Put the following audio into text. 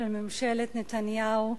של ממשלת נתניהו,